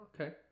Okay